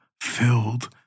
filled